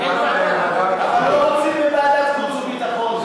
אבל לא רוצים בוועדת חוץ וביטחון.